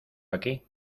aquí